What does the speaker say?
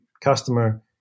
customer